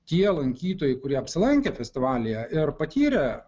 tie lankytojai kurie apsilankė festivalyje ir patyrė